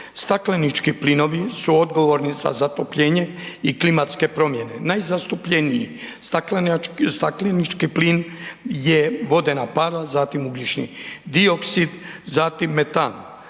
Staklenički plinovi su odgovorni za zatopljenje i klimatske promjene, najzastupljeniji staklenički plin je vodena para, zatim ugljični dioksid, zatim metan.